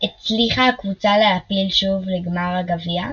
הצליחה הקבוצה להעפיל שוב לגמר הגביע,